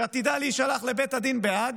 שעתידה להישלח לבית הדין בהאג,